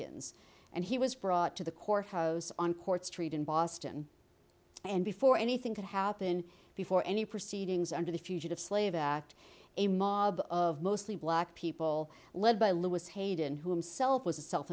ons and he was brought to the courthouse on court street in boston and before anything could happen before any proceedings under the fugitive slave act a mob of mostly black people led by louis hayden who himself was a self